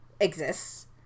exists